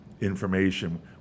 information